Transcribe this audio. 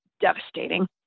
devastating